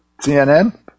CNN